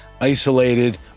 isolated